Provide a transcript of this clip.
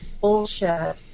bullshit